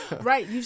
Right